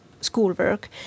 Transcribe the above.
schoolwork